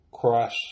cross